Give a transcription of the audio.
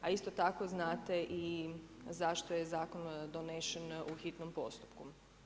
A isto tako znate i zašto je zakon donesen u hitnom postupku.